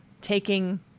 taking